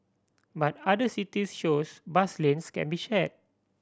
but other cities shows bus lanes can be shared